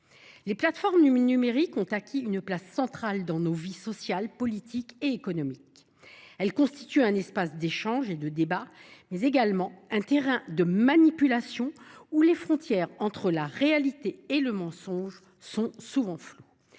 Les plateformes numériques ont acquis une place centrale dans notre vie sociale, politique et économique. Elles constituent un espace d’échange et de débat, mais également un terrain de manipulation, où les frontières entre la réalité et le mensonge sont souvent floues.